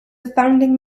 founding